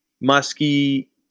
musky